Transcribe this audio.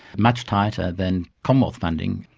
much tighter than commonwealth funding.